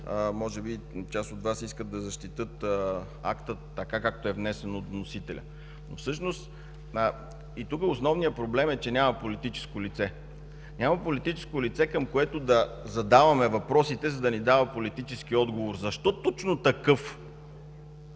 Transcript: може би част от Вас искат да защитят акта така, както е внесен от вносителя. Всъщност и тук основният проблем е, че няма политическо лице. Няма политическо лице, към което да задаваме въпросите, за да ни дава политически отговор – защо точно такъв?